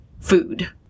food